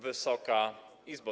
Wysoka Izbo!